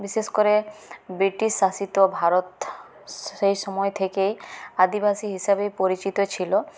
বিশেষ করে ব্রিটিশ শাসিত ভারত সেই সময় থেকেই আদিবাসী হিসেবে পরিচিত ছিল